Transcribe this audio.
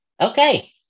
Okay